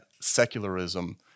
secularism